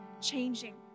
changing